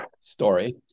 story